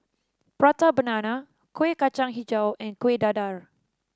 Prata Banana Kueh Kacang hijau and Kuih Dadar